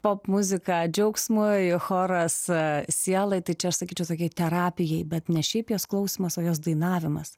popmuzika džiaugsmui choras sielai tai čia aš sakyčiau tokiai terapijai bet ne šiaip jos klausymas o jos dainavimas